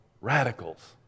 radicals